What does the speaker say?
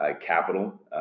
capital